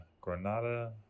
Granada